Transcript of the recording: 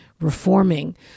reforming